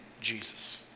Jesus